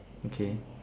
okay